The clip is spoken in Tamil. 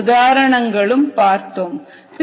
மூன்று உதாரணங்களும் பார்த்தோம்